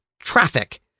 traffic